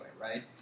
right